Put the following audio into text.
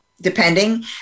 depending